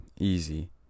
easy